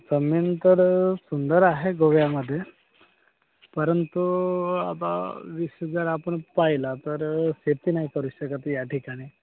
जमीन तर सुंदर आहे गोव्यामध्ये परंतु आता वीस जर आपण पाहिला तर शेती नाही करू शकत या ठिकाणी